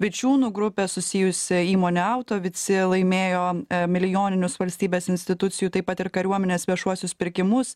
vičiūnų grupė susijusia įmone autovici laimėjo milijoninius valstybės institucijų taip pat ir kariuomenės viešuosius pirkimus